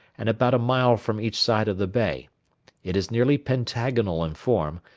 and about a mile from each side of the bay it is nearly pentagonal in form,